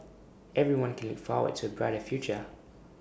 everyone can look forward to A brighter future